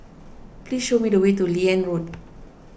please show me the way to Liane Road